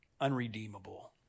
unredeemable